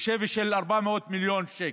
בשווי של 400 מיליון שקלים,